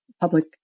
public